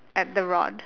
at the road